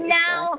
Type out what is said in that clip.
now